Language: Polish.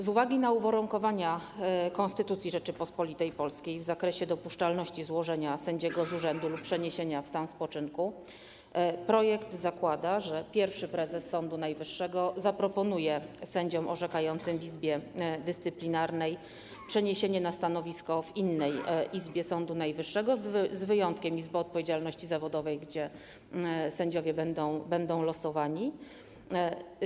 Z uwagi na uwarunkowania Konstytucji Rzeczypospolitej Polskiej w zakresie dopuszczalności złożenia sędziego z urzędu lub przeniesienia w stan spoczynku projekt zakłada, że pierwszy prezes Sądu Najwyższego zaproponuje sędziom orzekającym w Izbie Dyscyplinarnej przeniesienie na stanowisko w innej izbie Sądu Najwyższego z wyjątkiem Izby Odpowiedzialności Zawodowej, gdzie sędziowie będą losowani.